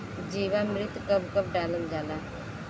जीवामृत कब कब डालल जाला?